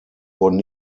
wurden